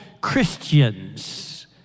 Christians